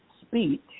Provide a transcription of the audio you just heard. speech